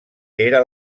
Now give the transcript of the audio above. era